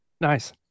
Nice